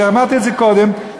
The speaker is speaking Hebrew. ואמרתי את זה קודם,